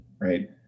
right